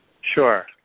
Sure